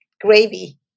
gravy